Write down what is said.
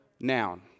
noun